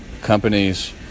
companies